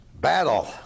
battle